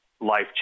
life